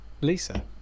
lisa